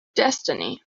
destiny